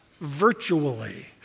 virtually